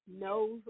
knows